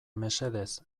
mesedez